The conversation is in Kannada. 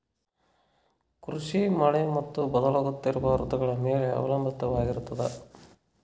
ಕೃಷಿ ಮಳೆ ಮತ್ತು ಬದಲಾಗುತ್ತಿರುವ ಋತುಗಳ ಮೇಲೆ ಅವಲಂಬಿತವಾಗಿರತದ